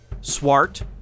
Swart